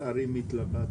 איזה ערים התלבטתם?